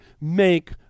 make